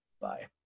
Bye